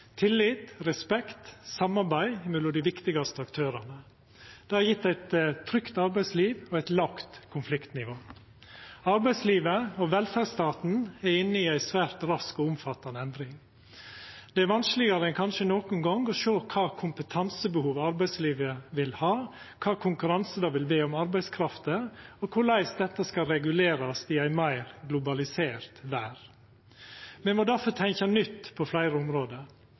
tillit, respekt, samarbeid mellom dei viktigaste aktørane. Det har gjeve eit trygt arbeidsliv og eit lågt konfliktnivå. Arbeidslivet og velferdsstaten er inne i ei svært rask og omfattande endring. Det er vanskelegare enn kanskje nokon gong å sjå kva kompetansebehov arbeidslivet vil ha, kva konkurranse det vil vera om arbeidskrafta, og korleis dette skal regulerast i ei meir globalisert verd. Me må difor tenkja nytt på fleire område.